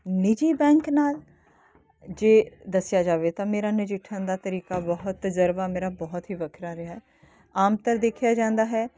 ਨਿਜੀ ਬੈਂਕ ਨਾਲ ਜੇ ਦੱਸਿਆ ਜਾਵੇ ਤਾਂ ਮੇਰਾ ਨਜਿੱਠਣ ਦਾ ਤਰੀਕਾ ਬਹੁਤ ਤਜ਼ਰਬਾ ਮੇਰਾ ਬਹੁਤ ਹੀ ਵੱਖਰਾ ਰਿਹਾ ਆਮਤੌਰ ਦੇਖਿਆ ਜਾਂਦਾ ਹੈ